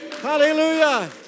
Hallelujah